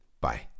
Bye